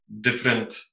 different